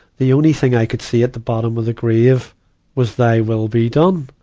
the only thing i could see at the bottom of the grave was, thy will be done.